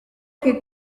que